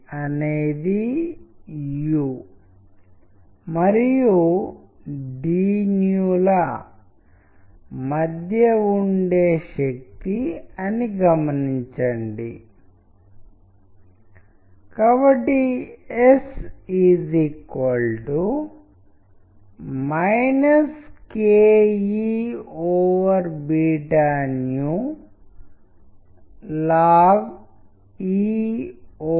టెక్స్ట్లను కూడా యానిమేషన్లుగా మార్చవచ్చని ఇప్పుడు మీరు చూస్తున్నారు ఇప్పటి వరకు మనం టెక్స్ట్లను ఇమేజ్లుగా చూసాము కానీ టెక్స్ట్లు యానిమేషన్లుగా మారినప్పుడు అవి కొన్ని ఇతర లక్షణాలను కూడా పొందుతాయి